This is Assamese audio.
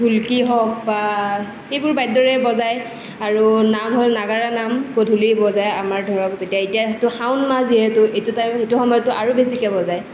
ঢুলকি হওক বা এইবোৰ বাদ্যৰে বজায় আৰু নামঘৰত নাগাৰা নাম গধূলি বজায় আমাৰ ধৰক যেতিয়া এতিয়াতো শাওণ মাহ যিহেতু এইটো টাইম এইটো সময়ত আৰু বেছিকৈ বজায়